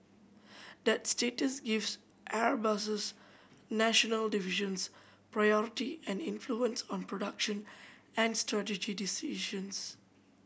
that status gives Airbus's national divisions priority and influence on production and strategy decisions